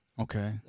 Okay